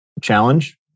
challenge